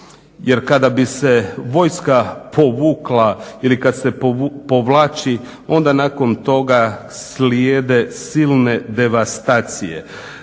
jer kada bi se vojska povukla ili kada se povlači onda nakon toga slijede silne devastacije.